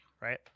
right